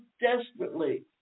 desperately